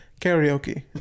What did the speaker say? karaoke